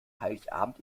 heiligabend